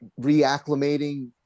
reacclimating